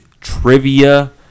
trivia